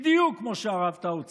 בדיוק כמו שהרב טאו צפה.